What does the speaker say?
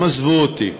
הם עזבו אותי.